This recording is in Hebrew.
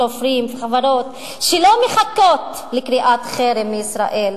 סופרים וחברות שלא מחכות לקריאת חרם מישראל,